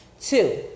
Two